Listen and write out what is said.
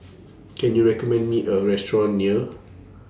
Can YOU recommend Me A Restaurant near